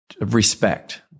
respect